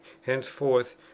henceforth